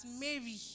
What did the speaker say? Mary